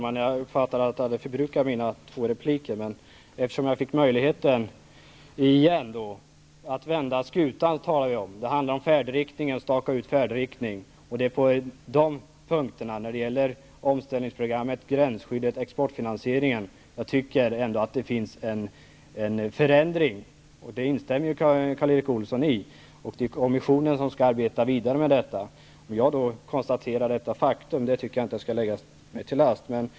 Fru talman! Vi talade om att vända skutan. Det handlar om att staka ut färdriktning. Det finns ändå en förändring när det gäller omställningsprogrammet, gränsskyddet och exportfinansieringen, vilket Karl Erik Olsson instämde i. Nu är det kommissionen som skall arbeta vidare med dessa frågor. Att jag konstaterar detta faktum tycker jag inte skall läggas mig till last.